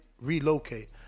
relocate